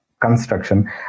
construction